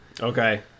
Okay